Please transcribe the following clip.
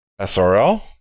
SRL